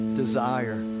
desire